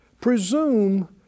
presume